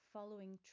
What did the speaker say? following